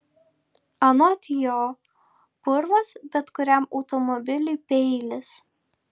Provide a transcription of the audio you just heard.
anot jo purvas bet kuriam automobiliui peilis